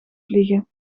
vliegen